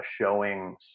showing